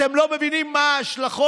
אתם לא מבינים מה ההשלכות?